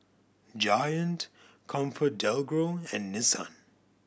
Giant ComfortDelGro and Nissan